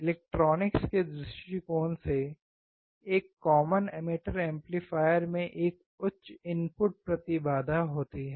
electronics के दृष्टिकोण से एक कॉमन एमिटर एम्पलीफायर में एक उच्च इनपुट प्रतिबाधा होती है